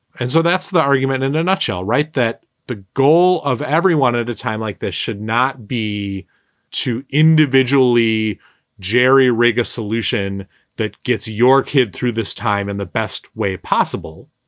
and so that's the argument in a nutshell, right, that the goal of everyone at a time like this should not be to individually jerry rig a solution that gets your kid through this time and the best way possible.